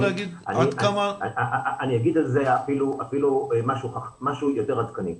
אני אגיד על זה אפילו משהו יותר עדכני.